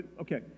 Okay